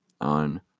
on